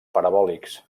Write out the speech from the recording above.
parabòlics